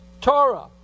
Torah